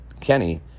Kenny